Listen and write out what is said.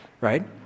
right